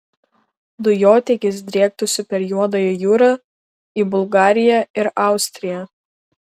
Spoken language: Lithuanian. dujotiekis driektųsi per juodąją jūrą į bulgariją ir austriją